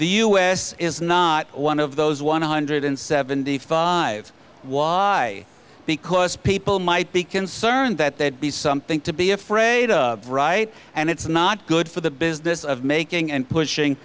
the u s is not one of those one hundred seventy five watt because people might be concerned that there'd be something to be afraid of right and it's not good for the business of making and pushing